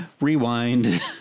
Rewind